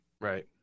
Right